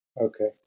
okay